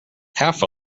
half